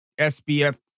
SBF